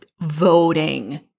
voting